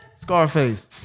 Scarface